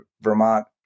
Vermont